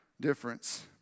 difference